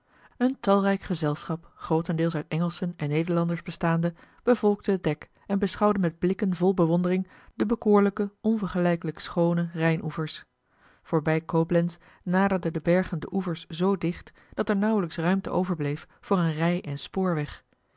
een talrijk gezelschap grootendeels uit engelschen en nederlanders bestaande bevolkte het dek en beschouwde met blikken vol bewondering de bekoorlijke onvergelijkelijk schoone rijnoevers voorbij coblenz naderden de bergen de oevers zoo dicht dat er nauwelijks ruimte overbleef voor een rij en spoorweg